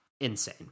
insane